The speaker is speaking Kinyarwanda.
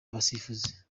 abasifuzi